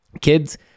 kids